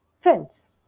friends